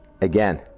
again